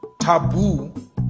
taboo